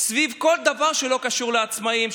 סביב כל דבר שלא קשור לעצמאים,